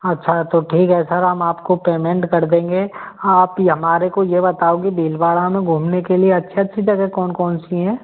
अच्छा तो ठीक है सर हम आपको पेमेंट कर देंगे आप य हमारे को ये बताओगे भीलवाड़ा में घूमने के लिए अच्छी अच्छी जगह कौन कौनसी है